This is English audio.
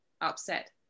upset